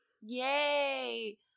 yay